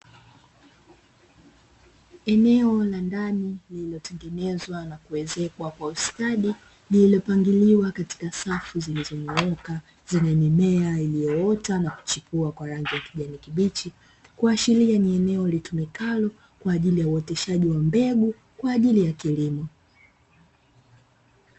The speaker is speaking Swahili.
Eneo la ndani limetengenezwa na kuezekwa kwa ustadi liliyopangiliwa katika safu zinazoeleweka zenye mimea iliyoota na kuchipua kwa rangi ya kijani kibichi, kuashiria ni eneo litumikalo kwa ajili ya uoteshaji wa mbegu kwa ajili ya kilimo.